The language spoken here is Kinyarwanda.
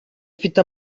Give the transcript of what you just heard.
ufite